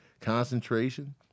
concentration